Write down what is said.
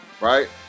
Right